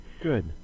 Good